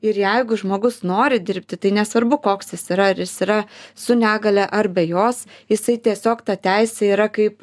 ir jeigu žmogus nori dirbti tai nesvarbu koks jis yra ar jis yra su negalia ar be jos jisai tiesiog ta teisė yra kaip